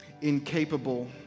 incapable